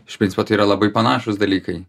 iš principo tai yra labai panašūs dalykai